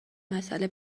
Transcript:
مسئله